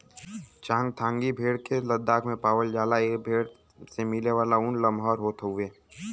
चांगथांगी भेड़ के लद्दाख में पावला जाला ए भेड़ से मिलेवाला ऊन लमहर होत हउवे